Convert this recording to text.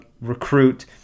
recruit